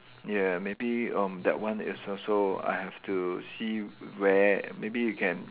ya maybe um that one is also I have to see where maybe you can